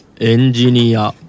Engineer